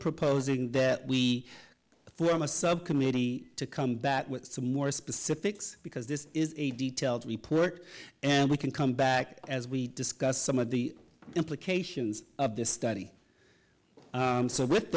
proposing that we form a subcommittee to come back with some more specifics because this is a detailed report and we can come back as we discuss some of the implications of this study so with